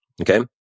okay